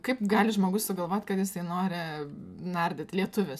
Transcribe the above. kaip gali žmogus sugalvot kad jisai nori nardyt lietuvis